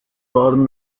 waren